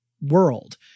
world